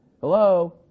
hello